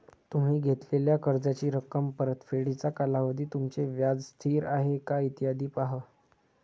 तुम्ही घेतलेल्या कर्जाची रक्कम, परतफेडीचा कालावधी, तुमचे व्याज स्थिर आहे का, इत्यादी पहा